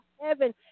heaven